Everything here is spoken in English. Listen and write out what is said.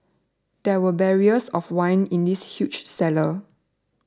there were barrels of wine in this huge cellar